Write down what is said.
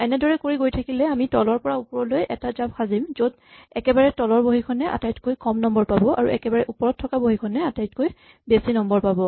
এনেদৰে কৰি গৈ থাকিলে আমি তলৰ পৰা ওপৰলৈ এটা জাপ সাজিম য'ত একেবাৰে তলৰ বহীখনে আটাইতকৈ কম নম্বৰ পাব আৰু একেবাৰে ওপৰত থকা বহীখনে আটাইতকৈ বেছি নম্বৰ পাব